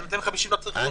עד 250 לא צריך כלום.